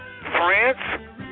France